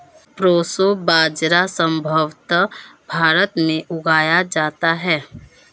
proso बाजरा संभवत भारत में उगाया जाता है